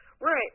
Right